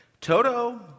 Toto